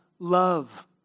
Love